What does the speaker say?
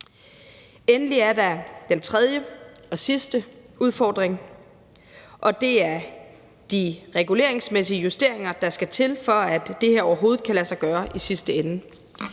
Endelig er der den tredje og sidste udfordring, og det er de reguleringsmæssige justeringer, der skal til, for at det her overhovedet kan lade sig gøre i sidste ende.